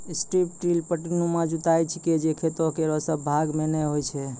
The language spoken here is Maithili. स्ट्रिप टिल पट्टीनुमा जुताई छिकै जे खेतो केरो सब भाग म नै होय छै